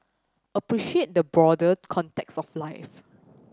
appreciate the broader context of life